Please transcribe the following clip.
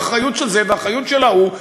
ואחריות של זה ואחריות של ההוא,